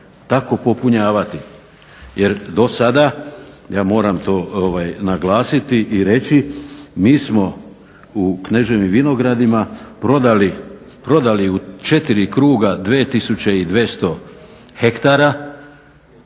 tako popunjavati. Jer do sada ja moram to naglasiti i reći mi smo u Kneževim Vinogradima prodali u 4 kruga 2200 ha.